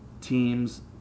teams